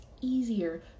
easier